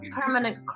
permanent